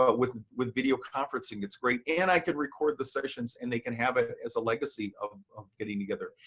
ah with with video conferencing, it's great. and i can record the sessions and they can have it as a legacy of getting together.